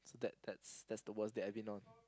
that that's that's the worst that I've been on